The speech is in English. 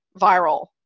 viral